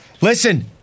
Listen